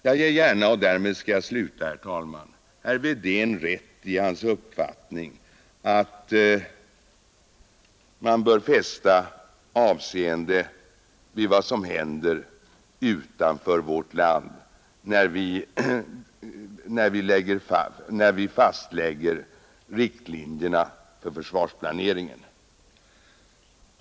Jag ger gärna, och därmed skall jag sluta, herr Wedén rätt i hans uppfattning att vi bör fästa avseende vid vad som händer utanför vårt land när vi fastlägger riktlinjerna för försvarsplaneringen.